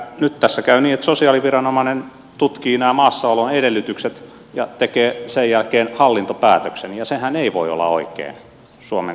nyt tässä käy niin että sosiaaliviranomainen tutkii nämä maassaolon edellytykset ja tekee sen jälkeen hallintopäätöksen ja sehän ei voi olla oikein suomen kaltaisessa valtiossa